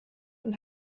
und